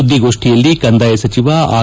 ಸುದ್ದಿಗೋಷ್ಠಿಯಲ್ಲಿ ಕಂದಾಯ ಸಚಿವ ಆರ್